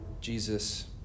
Jesus